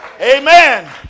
Amen